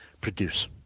produce